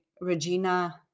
Regina